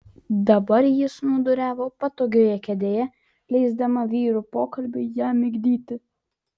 dabar ji snūduriavo patogioje kėdėje leisdama vyrų pokalbiui ją migdyti